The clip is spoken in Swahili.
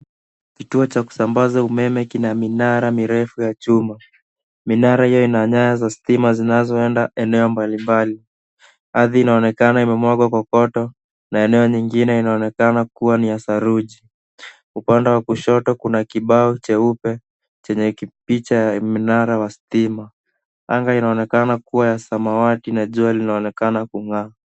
Kituo cha kusambaza umeme kina minara mirefu ya chuma. Minara hiyo ina nyaya zza stima zinazoenda eneo mbalimbali. Ardhi inaonekana imemwagwa kokoto na eneo ingine inaonekana kuwa ni ya saruji. Upande wa kushoto kuna kibao cheupe chenye picha ya mnara wa stima. Anga inaonekana kuwa ya samawati na jua linaonekana kung'aa.